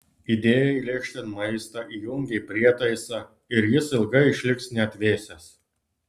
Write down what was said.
įdėjai lėkštėn maistą įjungei prietaisą ir jis ilgai išliks neatvėsęs